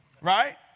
right